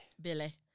Billy